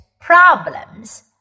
problems